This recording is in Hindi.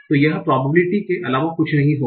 तो यह प्रोबेबिलिटी के अलावा कुछ नहीं होगा